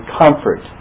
comfort